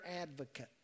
advocate